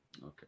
Okay